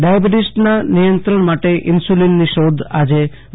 ડાયાબિટીસના નિયંત્રણ માટે ઈન્સ્યુલિનની શોધ ડો